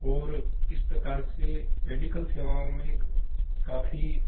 और इस प्रकार से मेडिकल सेवाओं में काफ़ी